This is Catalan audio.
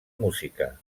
música